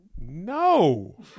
No